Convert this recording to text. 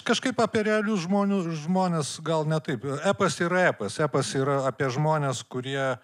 kažkaip apie realius žmonių žmones gal ne taip epas yra epas epas yra apie žmones kurie